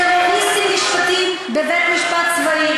טרוריסטים נשפטים בבית-משפט צבאי